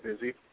busy